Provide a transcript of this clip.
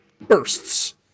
bursts